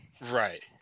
Right